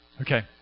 Okay